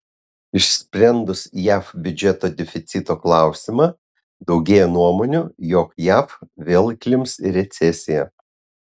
išsprendus jav biudžeto deficito klausimą daugėja nuomonių jog jav vėl įklimps į recesiją